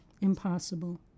Impossible